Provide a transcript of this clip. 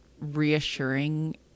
reassuring